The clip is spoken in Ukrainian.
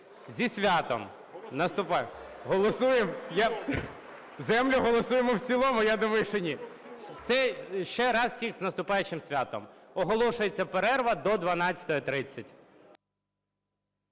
у залі) Голосуємо? Землю голосуємо в цілому? Я думаю, що ні. Ще раз всіх з наступаючим святом. Оголошується перерва до 12:30